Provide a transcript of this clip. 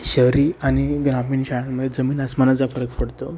शहरी आणि ग्रामीण शाळांमध्ये जमीन अस्मानाचा फरक पडतो